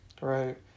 Right